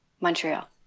montreal